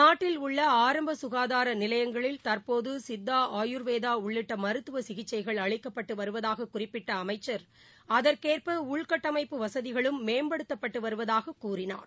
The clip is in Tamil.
நாட்டில் உள்ள ஆரம்ப சுகாதார நிலையங்களில் தற்போது சித்தா ஆயுர்வேதா உள்ளிட்ட மருத்துவ சிகிச்சைகள் அளிக்கப்பட்டு வருவதாகக் குறிப்பிட்ட அமைச்சர் அதற்கேற்ப உள்கட்டமைப்பு வசதிகளும் மேம்படுத்தப்பட்டு வருவதாகக் கூறினார்